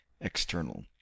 external